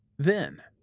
then,